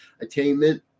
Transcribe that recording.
attainment